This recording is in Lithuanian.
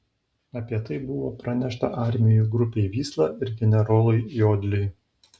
apie tai buvo pranešta armijų grupei vysla ir generolui jodliui